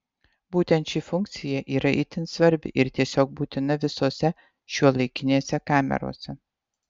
būtent ši funkcija yra itin svarbi ir tiesiog būtina visose šiuolaikinėse kamerose